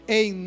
em